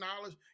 knowledge